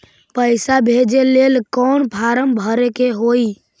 पैसा भेजे लेल कौन फार्म भरे के होई?